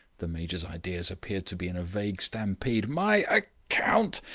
the major's ideas appeared to be in a vague stampede. my account!